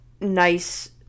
nice